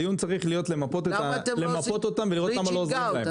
בדיון צריך למפות אותם ולראות למה לא עוזרים להם.